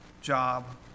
job